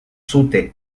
sautait